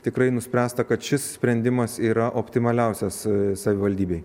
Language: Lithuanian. tikrai nuspręsta kad šis sprendimas yra optimaliausias savivaldybei